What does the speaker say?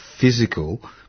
physical